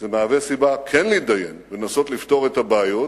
זה מהווה סיבה כן להתדיין, לנסות לפתור את הבעיות.